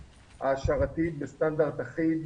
העשרתית, בסטנדרט אחיד,